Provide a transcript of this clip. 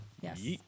Yes